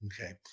Okay